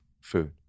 food